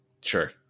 Sure